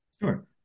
Sure